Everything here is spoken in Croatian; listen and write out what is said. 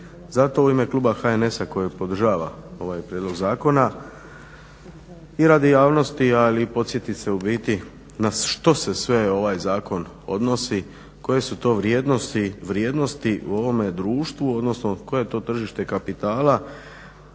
Zato u ime kluba HNS-a koji podržava ovaj prijedlog zakona i radi javnosti, ali podsjetit se u biti na što se sve ovaj zakon odnosi, koje su to vrijednosti u ovome društvu, odnosno koje je to tržište kapitala